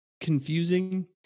confusing